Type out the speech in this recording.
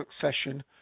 succession